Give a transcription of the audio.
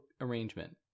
arrangement